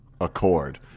accord